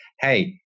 Hey